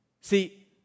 See